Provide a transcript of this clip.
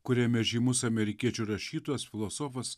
kuriame žymus amerikiečių rašytojas filosofas